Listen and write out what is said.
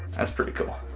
that's pretty cool.